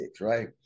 Right